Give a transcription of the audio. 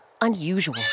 unusual